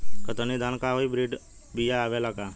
कतरनी धान क hybrid बिया आवेला का?